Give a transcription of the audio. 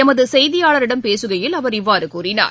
எமதுசெய்தியாளரிடம் பேசுகையில் அவர் இவ்வாறுகூறினார்